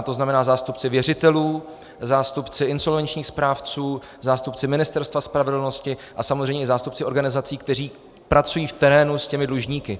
To znamená zástupci věřitelů, zástupci insolvenčních správců, zástupci ministerstva spravedlnosti a samozřejmě i zástupci organizací, které pracují v terénu s těmi dlužníky.